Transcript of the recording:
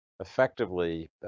effectively